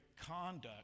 conduct